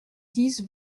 dix